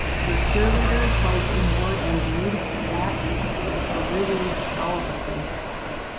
your cheerleaders, both in word and deed, that's a really powerful thing to have,